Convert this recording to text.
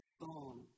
song